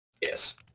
yes